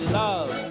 love